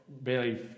barely